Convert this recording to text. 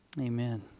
Amen